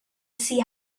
see